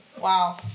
Wow